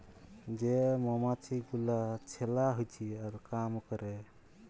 যে মমাছি গুলা ছেলা হচ্যে আর কাম ক্যরে